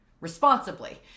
Responsibly